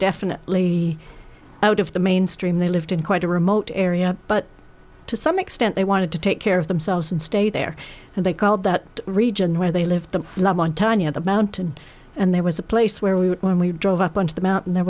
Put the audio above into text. definitely out of the mainstream they lived in quite a remote area but to some extent they wanted to take care of themselves and stay there and they called that region where they lived them live on tiny of the mountain and there was a place where we were when we drove up on to the mountain there